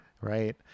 Right